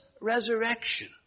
resurrection